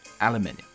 aluminium